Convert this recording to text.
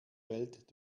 welt